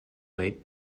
late